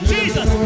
Jesus